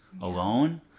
alone